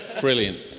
brilliant